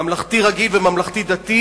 ממלכתי רגיל וממלכתי-דתי,